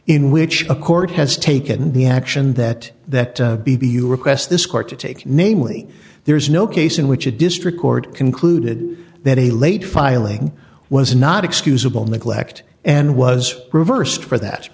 in which a court has taken the action that that b b you request this court to take namely there is no case in which a district court concluded that a late filing was not excusable neglect and was reversed for that